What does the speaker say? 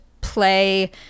play